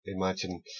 imagine